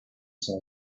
saw